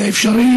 זה אפשרי